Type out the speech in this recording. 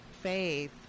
faith